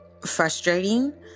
frustrating